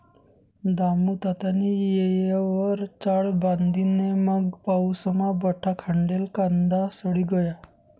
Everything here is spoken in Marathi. दामुतात्यानी येयवर चाळ बांधी नै मंग पाऊसमा बठा खांडेल कांदा सडी गया